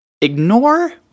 ignore